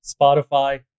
Spotify